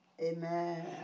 Amen